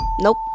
Nope